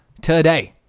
today